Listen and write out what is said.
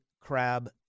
Crab